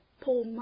Paul